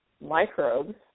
microbes